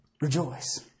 Rejoice